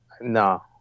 No